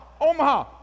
Omaha